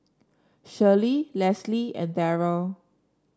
Shelley Lesley and Darrell